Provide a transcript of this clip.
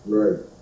right